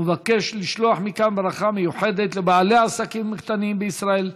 ומבקש לשלוח מכאן ברכה מיוחדת לבעלי העסקים הקטנים בישראל: